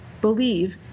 believe